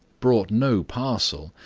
brought no parcel,